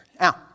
Now